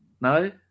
no